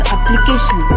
Application